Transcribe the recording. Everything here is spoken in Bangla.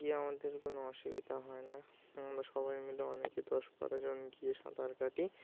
গিয়ে আমাদের কোনো অসুবিধা হয় না আমরা সবাই মিলে অনেকে দশ বারো জন গিয়ে সাঁতার কাটি